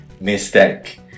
mistake